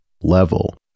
level